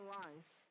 life